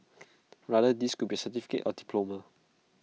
rather this could be A certificate or diploma